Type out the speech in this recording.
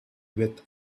with